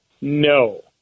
no